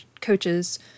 coaches